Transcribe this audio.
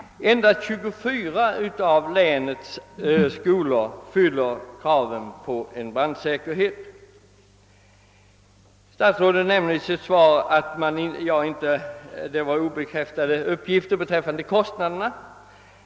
Endast 24 av länets skolor uppfyller effektivt kraven på brandsäkerhet. Statsrådet framhåller i sitt svar att de uppgifter jag lämnat beträffande kostnaderna är obekräftade.